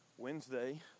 Wednesday